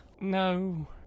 No